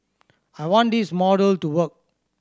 I want this model to work